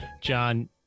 john